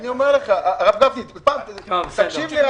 הרב גפני, תקשיב לי.